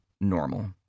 normal